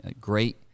great